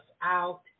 out